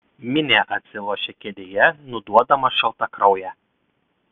minė atsilošė kėdėje nuduodama šaltakrauję